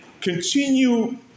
continue